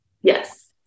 Yes